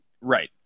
right